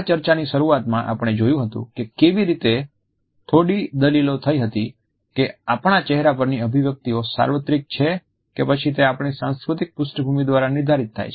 આ ચર્ચાની શરૂઆતમાં આપણે જોયું હતું કે કેવી રીતે થોડી દલીલો થઈ હતી કે આપણા ચહેરા પરની અભિવ્યક્તિ સાર્વત્રિક છે કે પછી તે આપણી સાંસ્કૃતિક પૃષ્ઠભૂમિ દ્વારા નિર્ધારિત થાય છે